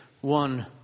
one